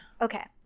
Okay